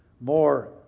More